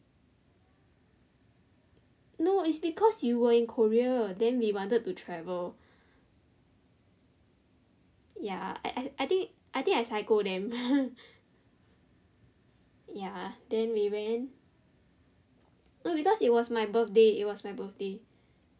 no it's because you were in Korea then we wanted to travel ya I I I think I psycho them ya then we went no because it was my birthday it was my birthday